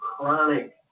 chronic